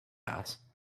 raz